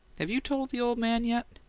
have you told the ole man yet?